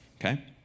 Okay